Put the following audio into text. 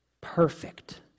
Perfect